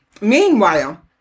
Meanwhile